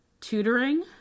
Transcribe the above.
Tutoring